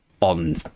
on